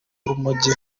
urumogi